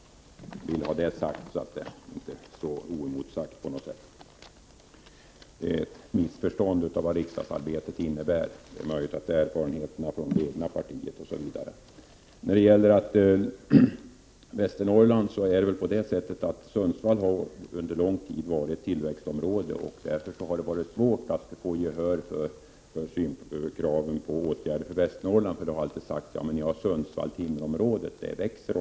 Jag vill ha detta sagt, så att hennes uttalande inte får stå oemotsagt. Uttalandet tyder på att hon missförstått vad riksdagsarbetet innebär. Det är möjligt att detta missförstånd grundas på erfarenheterna från det egna partiet eller något sådant. Sundsvall har under lång tid varit ett tillväxtområde, och därför har det varit svårt att få gehör för kraven på åtgärder för Västernorrland. Det har alltid sagts att vi har Sundsvall-Timrå-området, som växer.